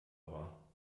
war